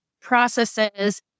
processes